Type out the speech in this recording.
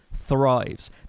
thrives